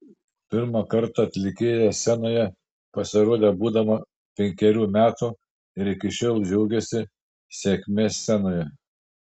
pirmą kartą atlikėja scenoje pasirodė būdama penkerių metų ir iki šiol džiaugiasi sėkme scenoje